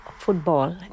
football